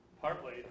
partly